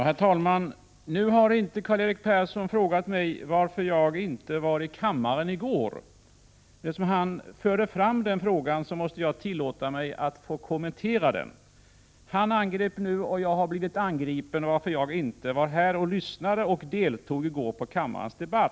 Herr talman! Karl-Erik Persson har inte frågat mig varför jag inte var i kammaren i går. Men eftersom han förde det på tal, måste jag tillåta mig att göra en kommentar. Karl-Erik Persson angrep mig nu — och jag har även tidigare blivit angripen — för att jag inte var här i går och lyssnade på och deltog i kammarens debatt.